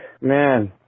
Man